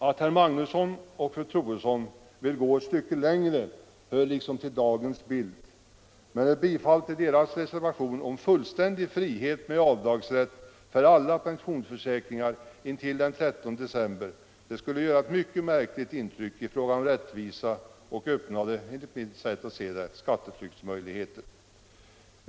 Att herr Magnusson i Borås och fru Troedsson vill gå ett stycke längre hör liksom till dagens bild, men ett bifall till deras reservation om fullständig avdragsrätt för alla pensionsförsäkringar intill den 13 december skulle göra ett mycket märkligt intryck i fråga om rättvisa och, som jag ser det, öppna oanade skatteflyktsmöjligheter.